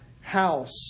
house